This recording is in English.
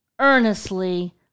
earnestly